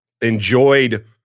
enjoyed